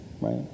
right